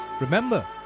Remember